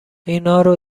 اینارو